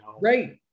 right